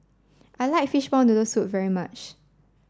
I like fishball noodle soup very much